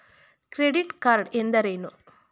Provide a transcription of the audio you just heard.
Credit card ಎಂದರೇನು?